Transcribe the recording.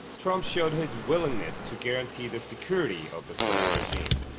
trump showed his willingness to guarantee the security of the current regime.